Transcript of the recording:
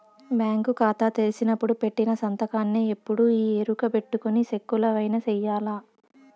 bank కాతా తెరిసినపుడు పెట్టిన సంతకాన్నే ఎప్పుడూ ఈ ఎరుకబెట్టుకొని సెక్కులవైన సెయ్యాల